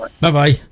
bye-bye